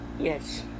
yes